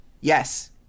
yes